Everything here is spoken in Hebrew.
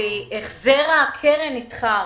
החזר הקרן נדחה.